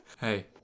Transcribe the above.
Hey